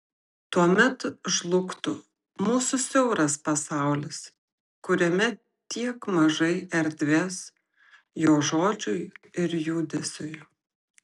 tuomet žlugtų mūsų siauras pasaulis kuriame tiek mažai erdvės jo žodžiui ir judesiui